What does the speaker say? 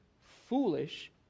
foolish